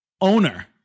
owner